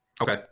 okay